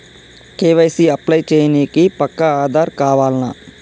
KYC apply చేయనీకి పక్కా ఆధార్ కావాల్నా?